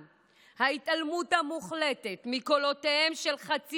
ההתעלמות המוחלטת מקולותיהם של חצי מהעם,